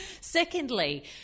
Secondly